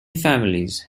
families